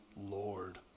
Lord